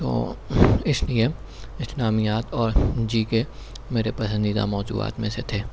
تو اس لیے اسلامیات اور جی کے میرے پسندیدہ موضوعات میں سے تھے